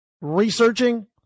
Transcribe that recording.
researching